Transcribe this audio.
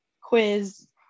quiz